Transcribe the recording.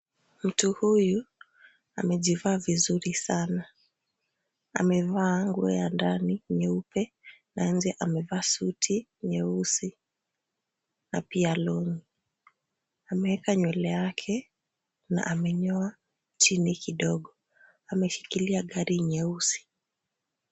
Mtu huyu amejivaa vizuri sana. Amevaa nguo ya ndani nyeupe na nje amevaa suti nyeusi na pia long'i . Ameeka nywele yake na amenyoa chini kidogo. Ameshikilia gari nyeusi.